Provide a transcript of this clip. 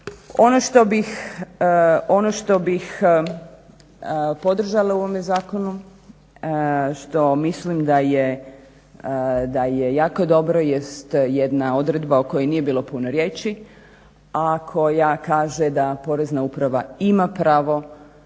Ono što bih podržala u ovome zakonu, što mislim da je jako dobro jest jedna odredba o kojoj nije bilo puno riječi, a koja kaže da porezna uprava ima pravo